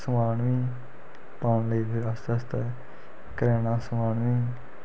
समान बी पान लगी पे आस्ता आस्ता करेयाना समान बी